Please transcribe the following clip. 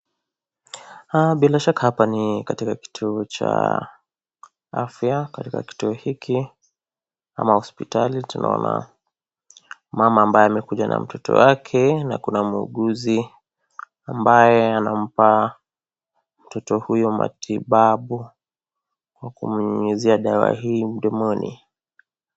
Bilashaka hapa ni katika kituo cha afya. Katika kituo hiki, ama hospitali tunaona mama ambaye amekuja na mtoto wake, na kuna muuguzi ambaye anampa mtoto huyo matibabu kwa kumnyuynuzia dawa hii mdomoni.